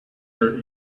are